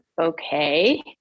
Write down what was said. okay